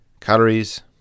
calories